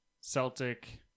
Celtic